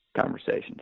conversations